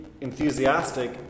enthusiastic